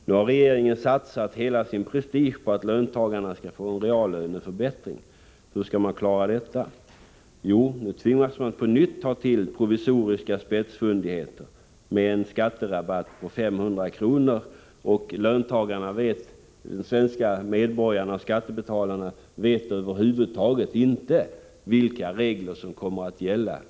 Nu har regeringen satsat hela sin prestige på att ge löntagarna en reallöneförbättring. Hur skall man klara det? Jo, man tvingas på nytt ta till provisoriska spetsfundigheter med en skatterabatt på 500 kr. De svenska medborgarna och skattebetalarna vet över huvud taget inte vilka regler som kommer att gälla.